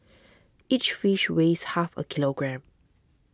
each fish weighs half a kilogram